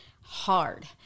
hard